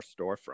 storefront